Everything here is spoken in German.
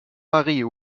marie